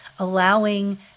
allowing